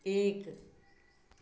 एक